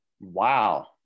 Wow